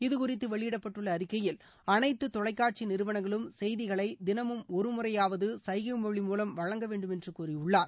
இது குறித்து வெளியிடப்பட்டுள்ள அறிக்கையில் அனைத்து தொலைகாட்சி நிறுவனங்களும் செய்திகளை தினமும் ஒருமுறையாவது சைகை மொழி மூலம் வழங்க வேண்டுமென்று கூறியுள்ளார்